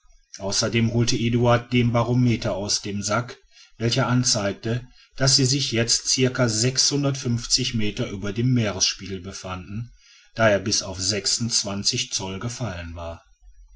außerdem holte eduard den barometer aus dem sack welcher anzeigte daß sie sich jetzt cira meter über dem meeresspiegel befanden da er bis auf zoll gefallen war